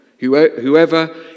Whoever